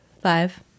Five